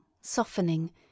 softening